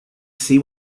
see